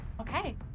Okay